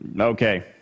Okay